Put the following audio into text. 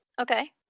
Okay